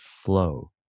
flow